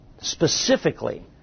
specifically